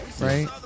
right